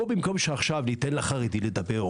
בוא במקום שניתן לחרדים לדבר,